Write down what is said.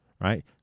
Right